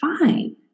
fine